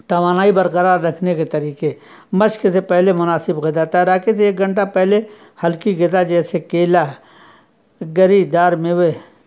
توانائی برقرار رکھنے کے طریقے مشق سے پہلے مناسب غذا تیراکی سے ایک گھنٹہ پہلے ہلکی غذا جیسے کیلا گری دار میوے